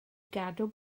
gadw